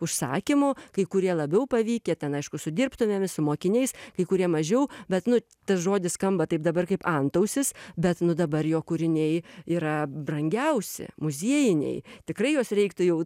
užsakymų kai kurie labiau pavykę ten aišku su dirbtuvėmis su mokiniais kai kurie mažiau bet nu tas žodis skamba taip dabar kaip antausis bet nu dabar jo kūriniai yra brangiausi muziejiniai tikrai juos reiktų jau